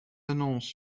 annonces